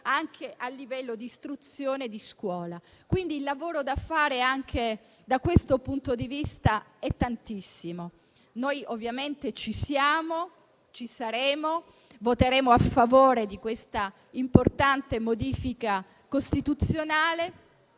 anche a livello di istruzione e di scuola. Il lavoro da fare da questo punto di vista è tantissimo. Noi ovviamente ci siamo, ci saremo e voteremo a favore di questa importante modifica costituzionale.